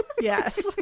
Yes